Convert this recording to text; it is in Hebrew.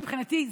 מבחינתי,